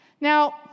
Now